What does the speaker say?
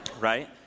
Right